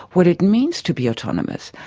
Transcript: what it means to be autonomous.